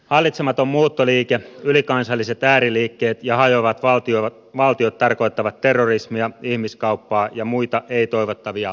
hallitsematon muuttoliike ylikansalliset ääriliikkeet ja hajoavat valtiot tarkoittavat terrorismia ihmiskauppaa ja muita ei toivottavia ilmiöitä